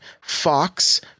Fox